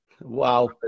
Wow